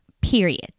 period